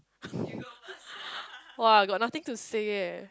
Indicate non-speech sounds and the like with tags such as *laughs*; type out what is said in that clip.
*laughs* [wah] got nothing to say eh